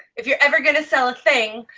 if you're ever gonna sell a thing,